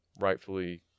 rightfully